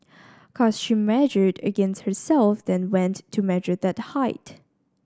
cos she measured against herself then went to measure that height